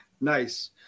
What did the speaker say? Nice